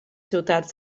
ciutats